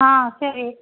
ஆ சரி